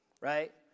right